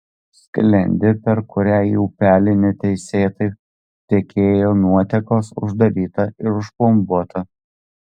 sklendė per kurią į upelį neteisėtai tekėjo nuotekos uždaryta ir užplombuota